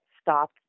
stop